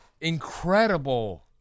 incredible